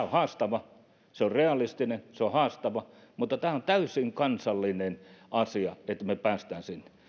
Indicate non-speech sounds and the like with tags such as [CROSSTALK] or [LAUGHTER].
[UNINTELLIGIBLE] haastava se on realistinen se on haastava mutta tämä on täysin kansallinen asia että me pääsemme sinne